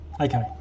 Okay